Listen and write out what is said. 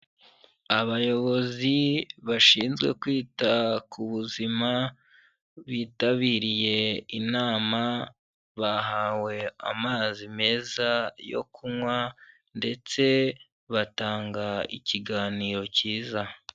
Abayobozi bashinzwe kwita ku buzima, bitabiriye inama, bahawe amazi meza yo kunywa ndetse batanga ikiganiro cyiza.